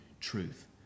truth